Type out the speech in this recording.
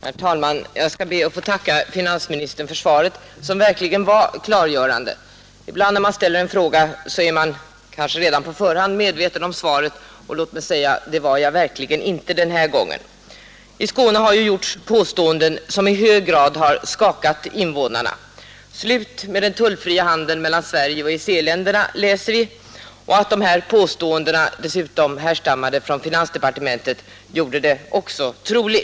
Herr talman! Jag skall be att få tacka finansministern för svaret, som verkligen var klargörande. Ibland när man ställer en fråga är man redan på förhand medveten om svaret, men det var jag inte den här gången. I Skåne har gjorts påståenden som i hög grad har skakat invånarna. Slut med den tullfria handeln mellan Sverige och EEC-länderna, läser vi. Att påståendet sades härstamma från finansdepartementet gjorde det också sannolikt.